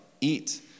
eat